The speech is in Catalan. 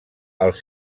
els